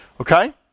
okay